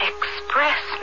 Express